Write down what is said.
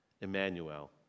Emmanuel